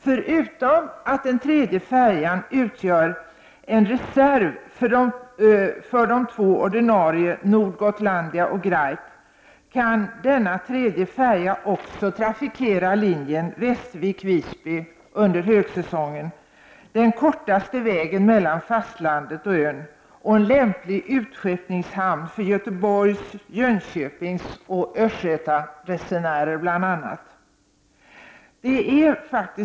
Förutom att den utgör en reserv för de två ordinarie, Nord Gotlandia och Graip, kan en tredje färja trafikera linjen Västervik-Visby under högsäsong — den kortaste vägen mellan fastlandet och ön. Västervik är dessutom en lämplig utskeppningshamn för bl.a. resenärer från Göteborg, Jönköping och Östergötland.